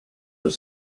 were